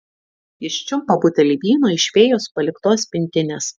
jis čiumpa butelį vyno iš fėjos paliktos pintinės